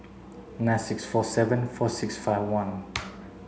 nine six four seven four six five one